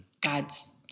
God's